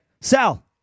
Sal